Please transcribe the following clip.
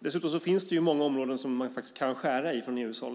Dessutom finns det många områden som EU kan skära i,